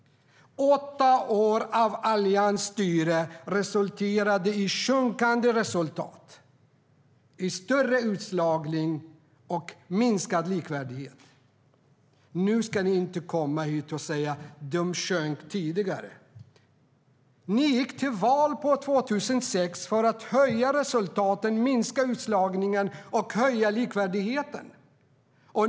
Åtta år av alliansstyre resulterade i sjunkande resultat, större utslagning och minskad likvärdighet. Nu ska ni inte komma hit och säga att resultaten sjönk tidigare. Ni gick till val 2006 för att höja resultaten, minska utslagningen och höja likvärdigheten.